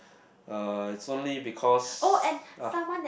uh it's only because ah